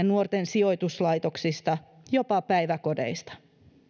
nuorten sijoituslaitoksista jopa päiväkodeista